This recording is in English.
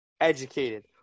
educated